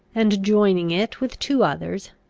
and, joining it with two others,